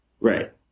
Right